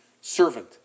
servant